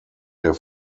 der